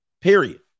period